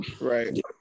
right